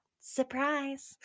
surprise